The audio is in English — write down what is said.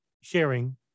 sharing